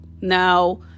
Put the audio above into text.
Now